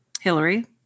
Hillary